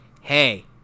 hey